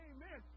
Amen